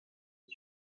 des